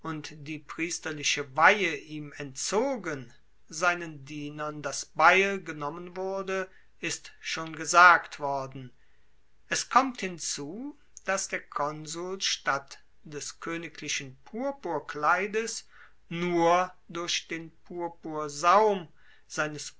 die priesterliche weihe ihm entzogen seinen dienern das beil genommen wurde ist schon gesagt worden es kommt hinzu dass der konsul statt des koeniglichen purpurkleides nur durch den purpursaum seines